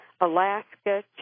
Alaska